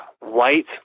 white